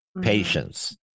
patience